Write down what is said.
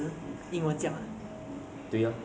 所以你跟你朋友去吃拉面